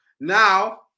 Now